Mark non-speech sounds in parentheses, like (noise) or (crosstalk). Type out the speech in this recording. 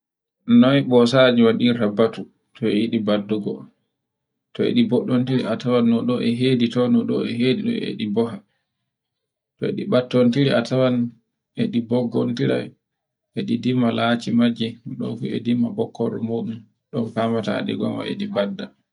Noy ɓosajo waɗirta batu to e yiɗi baddugo. To e yiɗi baɗɗondire a tawan no ɗe e hidi ton no ɗo e hedi e ɗi baha. (noise) To e ɗi baɗɗontiri a tawan e ɗi boggontira e ɗi dima lati majje no ɗo fu e dima ɓokkor ngo ɗum. (noise) Ɗun hawata e ɗi goma e ɗi banɗa.